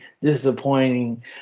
disappointing